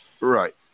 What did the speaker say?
Right